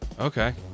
Okay